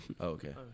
okay